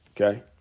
Okay